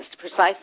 precisely